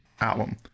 album